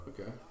Okay